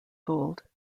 gold